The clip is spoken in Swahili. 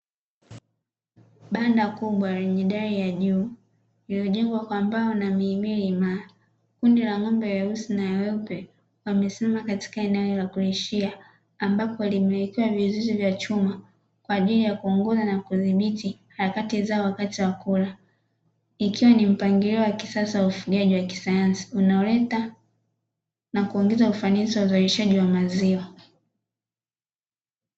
Banda kubwa lenye dari ya juu, yaliyojengwa kwa mbao na mihimili kundi la ng'ombe weusi na weupe wamesema katika eneo la kuishia ambako limewekewa vizuizi vya chuma kwa ajili ya kuunguza na kudhibiti harakati zao wakati wa kula ,ikiwa ni mpangilio wa kisasa wa ufugaji wa kisayansi unaoleta na kuongeza ufanisi wa uzalishaji wa maziwa.